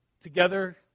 together